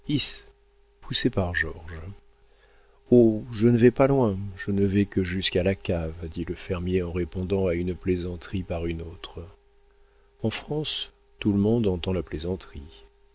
poussé par georges oh je ne vais pas loin je ne vais que jusqu'à la cave dit le fermier en répondant à une plaisanterie par une autre en france tout le monde entend la plaisanterie